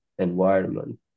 environment